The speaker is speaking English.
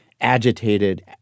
agitated